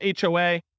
HOA